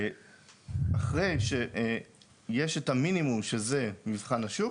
אחרי שיש את המינימום שזה מבחן השוק,